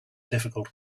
difficult